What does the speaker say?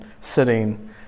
sitting